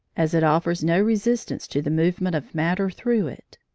as it offers no resistance to the movement of matter through it.